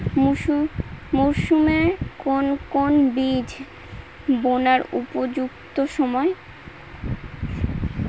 মরসুমের কোন কোন মাস বীজ বোনার উপযুক্ত সময়?